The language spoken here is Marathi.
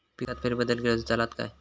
पिकात फेरबदल केलो तर चालत काय?